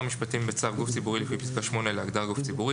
המשפטים בצו גוף ציבורי לפי פסקה (8) להגדרה "גוף ציבורי",